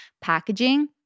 packaging